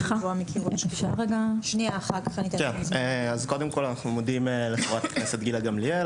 קודם כל אנחנו מודים לחברת הכנסת גילה גמליאל,